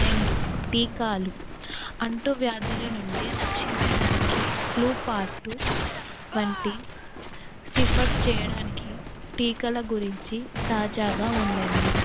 రెండు టీకాలు అంటూ వ్యాధుల నుండి రక్షించడానికి ఫ్లూ పార్టు వంటి సిఫారసు చేయడానికి టీకాల గురించి తాజాగా ఉండండి